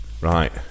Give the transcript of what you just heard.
Right